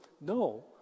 no